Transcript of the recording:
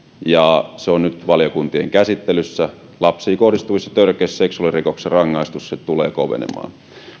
ja se on nyt valiokuntien käsittelyssä lapsiin kohdistuvissa törkeissä seksuaalirikoksissa rangaistukset tulevat kovenemaan